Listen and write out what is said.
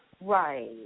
Right